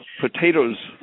potatoes